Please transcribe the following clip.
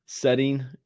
setting